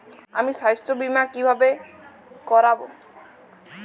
আমি স্বাস্থ্য বিমা কিভাবে করাব?